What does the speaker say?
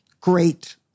great